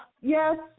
yes